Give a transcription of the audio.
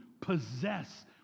possess